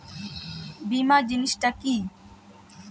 বীমা জিনিস টা কি?